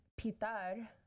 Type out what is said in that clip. Pitar